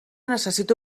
necessito